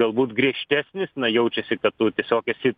galbūt griežtesnis na jaučiasi kad tu tiesiog esi